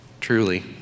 Truly